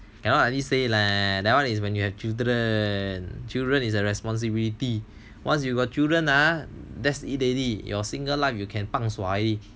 cannot like this say leh that one is when you have children and children is a responsibility once you got children ah that's it already your single life you can pangsua